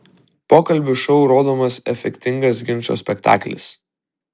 pokalbių šou rodomas efektingas ginčo spektaklis